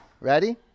Ready